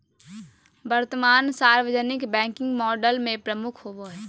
वर्तमान सार्वजनिक banking model में प्रमुख होबो हइ